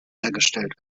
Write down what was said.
hergestellt